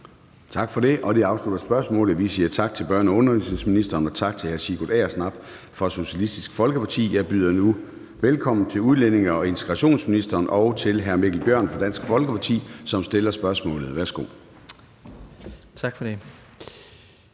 Tak for det. Det afslutter spørgsmålet. Vi siger tak til børne- og undervisningsministeren og tak til hr. Sigurd Agersnap fra Socialistisk Folkeparti. Jeg byder nu velkommen til udlændinge- og integrationsministeren og til hr. Mikkel Bjørn fra Dansk Folkeparti, som stiller spørgsmålet. Kl. 14:25 Spm.